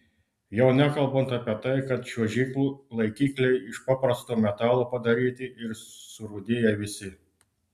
jau nekalbant apie tai kad čiuožyklų laikikliai iš paprasto metalo padaryti ir surūdiję visi